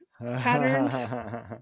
patterns